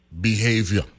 behavior